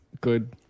good